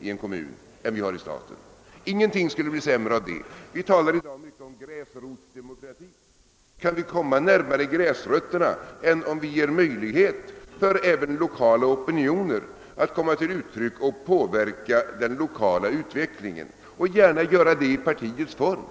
i en kommun än vi har i staten. Ingenting skulle bli sämre av det. Vi talar i dag mycket om gräsrotsdemokrati. Kan vi komma närmare gräsrötterna än om vi ger möjlighet för lokala opinioner att komma till uttryck och påverka den lokala utvecklingen? De må gärna göra det i partiets form.